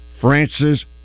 Francis